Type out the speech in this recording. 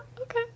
Okay